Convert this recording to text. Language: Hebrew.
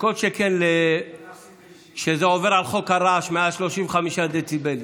וכל שכן כשזה עובר על חוק הרעש ב-135 דציבלים.